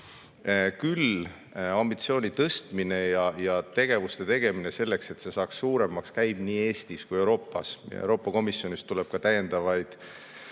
käib ambitsiooni tõstmine ja tegevuste tegemine selleks, et see saaks suuremaks nii Eestis kui ka Euroopas ja Euroopa Komisjonist tuleb ka täiendavaid